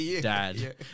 dad